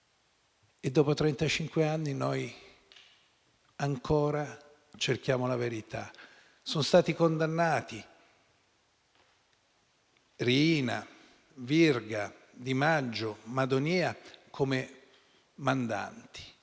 anni ancora cerchiamo la verità. Sono stati condannati Riina, Virga, Di Maggio e Madonia come mandanti,